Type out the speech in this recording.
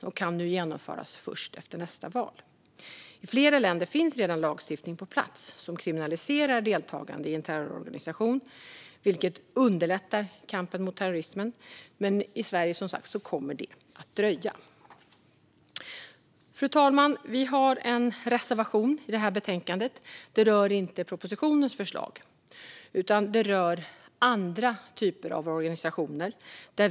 Och detta kan genomföras först efter nästa val. I flera länder finns redan lagstiftning på plats som kriminaliserar deltagande i en terrororganisation, vilket underlättar kampen mot terrorismen. Men i Sverige kommer det, som sagt, att dröja. Fru talman! Vi har en reservation i detta betänkande. Den rör inte propositionens förslag, utan den rör andra typer av organisationer.